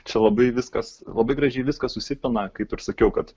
čia labai viskas labai gražiai viskas susipina kaip ir sakiau kad